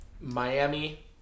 Miami